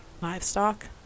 livestock